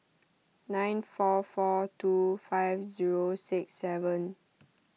nine four four two five zero six seven